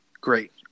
Great